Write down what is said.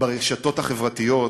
ברשתות החברתיות,